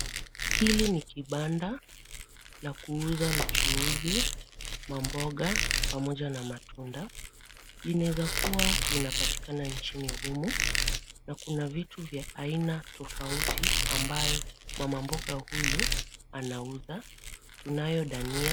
Hili ni kibanda la kuuza mchuuzi, mamboga pamoja na matunda. Linaeza kuwa linapatikana nchini humu na kuna vitu vya aina tofauti ambayo mama mboga huyu anauza. Tunayo dania.